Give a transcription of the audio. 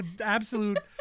absolute